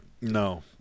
No